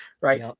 Right